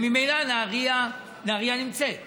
נהריה נמצאת ממילא,